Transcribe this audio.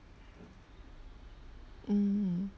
mm